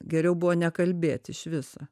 geriau buvo nekalbėti iš viso